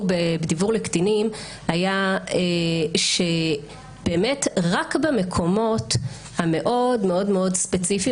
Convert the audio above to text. בדיוור לקטינים היה שבאמת רק במקומות המאוד-מאוד ספציפיים,